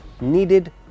needed